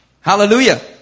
Hallelujah